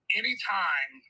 anytime